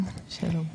שלום.